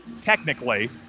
technically